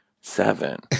seven